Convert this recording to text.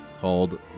called